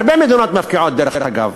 הרבה מדינות מפקיעות, דרך אגב,